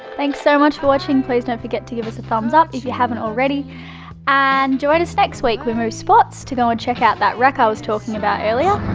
thanks so much for watching. please don't forget to give us a thumbs up if you haven't already and join us next week. we move spots to go and ah check out that wreck i was talking about earlier.